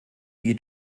wir